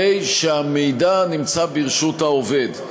הרי שהמידע נמצא ברשות העובד.